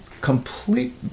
complete